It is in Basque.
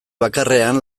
bakarrean